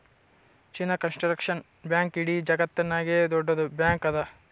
China construction bank ಇಡೀ ಜಗತ್ತನಾಗೆ ದೊಡ್ಡುದ್ ಬ್ಯಾಂಕ್ ಅದಾ